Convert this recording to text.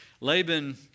Laban